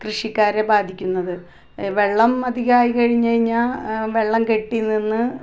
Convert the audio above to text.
കൃഷിക്കാരെ ബാധിക്കുന്നത് വെള്ളം അധികമായി കഴിഞ്ഞുകഴിഞ്ഞാൽ വെള്ളം കെട്ടിനിന്ന്